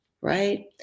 right